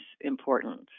important